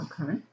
Okay